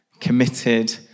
committed